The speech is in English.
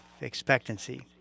expectancy